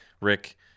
Rick